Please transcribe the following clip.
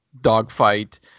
dogfight